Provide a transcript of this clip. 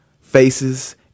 Faces